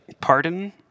pardon